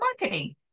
marketing